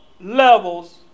levels